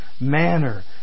manner